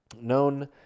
known